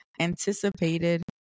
anticipated